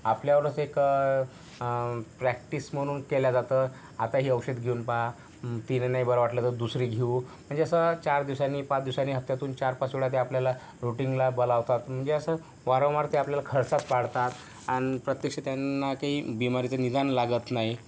आपल्यावरच एक प्रॅक्टिस म्हणून केलं जातं आता ही औषध घेऊन पहा तिनं नाही बरं वाटलं तर दुसरी घेऊ म्हणजे असं चार दिवसांनी पाच दिवसांनी हप्त्यातून चार पाच वेळा ते आपल्याला रूटींगला बोलवतात म्हणजे असं वारंवार ते आपल्याला खर्चात पाडतात आणि प्रत्यक्ष त्यांना काही बिमारीचं निदान लागत नाही